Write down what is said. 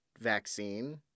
vaccine